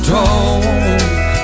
talk